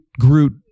Groot